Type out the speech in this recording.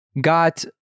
got